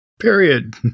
Period